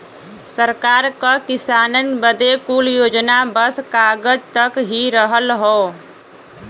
सरकार क किसानन बदे कुल योजना बस कागज तक ही रहल हौ